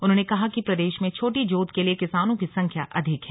उन्होंने कहा कि प्रदेश में छोटी जोत के किसानों की संख्या अधिक है